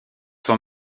son